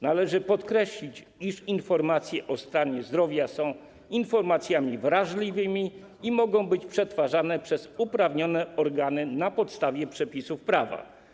Należy podkreślić, iż informacje o stanie zdrowia są informacjami wrażliwymi i mogą być przetwarzane przez uprawnione organy na podstawie przepisów prawa.